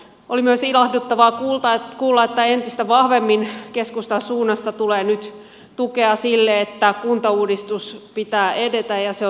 oli myös ilahduttavaa kuulla että entistä vahvemmin keskustan suunnasta tulee nyt tukea sille että kuntauudistuksen pitää edetä ja se on tarpeen